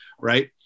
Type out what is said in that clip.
right